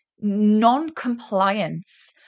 non-compliance